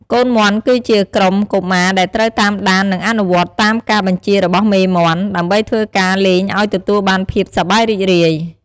កូនមាន់គឺជាក្រុមកុមារដែលត្រូវតាមដាននិងអនុវត្តតាមការបញ្ជារបស់មេមាន់ ដើម្បីធ្វើការលេងអោយទទួលបានភាពសប្បាយរីករាយ។